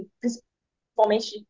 principalmente